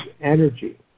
energy